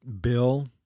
Bill